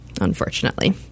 unfortunately